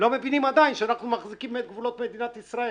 לא מבינים עדיין שאנחנו מחזקים גבולות מדינת ישראל.